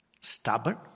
Stubborn